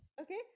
Okay